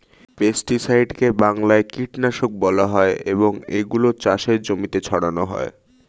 পেস্টিসাইডকে বাংলায় কীটনাশক বলা হয় এবং এগুলো চাষের জমিতে ছড়ানো হয়